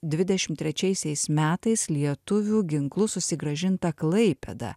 dvidešimt trečiaisiais metais lietuvių ginklu susigrąžintą klaipėdą